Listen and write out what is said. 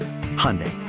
Hyundai